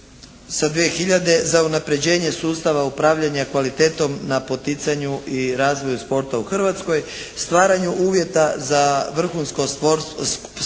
hiljade za unapređenje sustava upravljanja kvalitetom na poticanju i razvoju sporta u Hrvatskoj, stvaranju uvjeta za vrhunsko sportsko